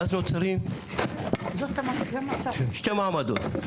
ואז נוצרים שני מעמדות.